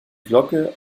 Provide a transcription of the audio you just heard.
glocke